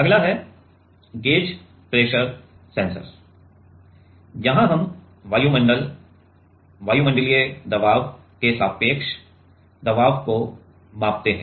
अगला है gauge pressure sensor है यहां हम वायुमंडल वायुमंडलीय दबाव के सापेक्ष दबाव को मापते हैं